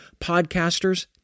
podcasters